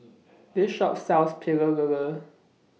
This Shop sells Pecel Lele